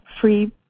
free